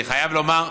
אני חייב לומר,